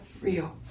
real